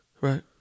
right